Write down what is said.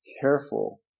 careful